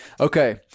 Okay